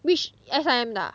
which S_I_M 的 ah